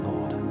Lord